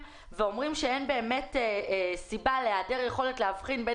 ואומרים שאין באמת סיבה להיעדר יכולת להבחין בין